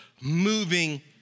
moving